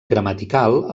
gramatical